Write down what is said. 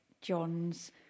John's